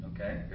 Okay